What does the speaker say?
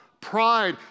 pride